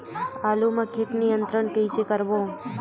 आलू मा कीट नियंत्रण कइसे करबो?